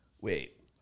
Wait